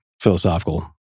philosophical